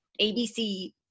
ABC